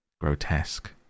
grotesque